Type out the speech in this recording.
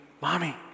mommy